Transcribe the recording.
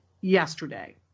yesterday